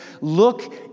Look